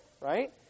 right